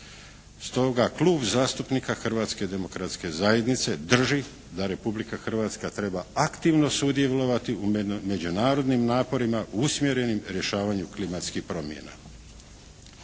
Stoga, Klub zastupnika Hrvatske demokratske zajednice drži da Republika Hrvatska treba aktivno sudjelovati u međunarodnim naporima usmjerenim rješavanju klimatskih promjena.